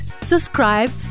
subscribe